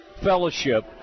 fellowship